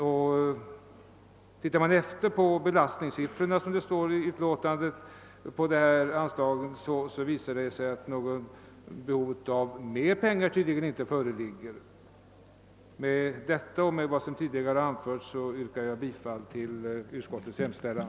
I utlåtandet sägs det att belastningssiffrorna på detta anslag tyder på att något behov av mer pengar inte föreligger. Med dessa ord och med hänvisning till vad som tidigare anförts yrkar jag bifall till utskottets hemställan.